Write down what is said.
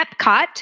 Epcot